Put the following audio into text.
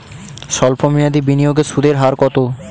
সল্প মেয়াদি বিনিয়োগে সুদের হার কত?